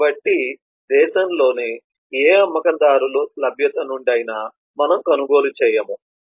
దీనిని బట్టి దేశంలో ఏ అమ్మకందారుల లభ్యత నుండి అయినా మనము కొనుగోలు చేయము